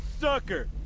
sucker